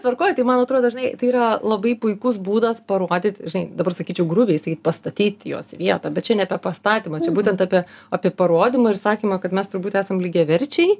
tvarkoj tai man atrodo žinai tai yra labai puikus būdas parodyt žinai dabar sakyčiau grubiai sakyt pastatyt juos į vietą bet čia ne apie pastatymą čia būtent apie apie parodymą ir sakymą kad mes turbūt esam lygiaverčiai